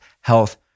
health